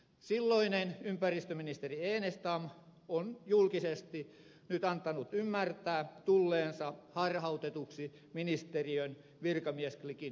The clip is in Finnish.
silloinen ympäristöministeri enestam on julkisesti nyt antanut ymmärtää tulleensa harhautetuksi ministeriön virkamiesklikin toimesta